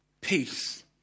peace